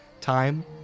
time